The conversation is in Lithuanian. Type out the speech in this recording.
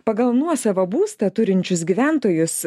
pagal nuosavą būstą turinčius gyventojus